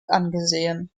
angesehen